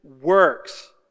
works